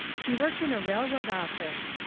he worked in a railroad office,